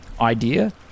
idea